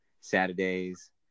Saturdays